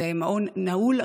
זה מעון נעול,